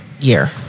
year